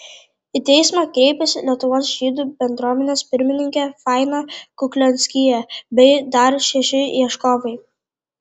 į teismą kreipėsi lietuvos žydų bendruomenės pirmininkė faina kuklianskyje bei dar šeši ieškovai